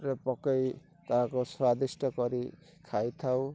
ରେ ପକାଇ ତାହାକୁ ସ୍ୱାଦିଷ୍ଟ କରି ଖାଇଥାଉ